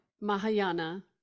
Mahayana